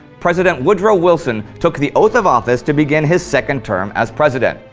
president woodrow wilson took the oath of office to begin his second term as president.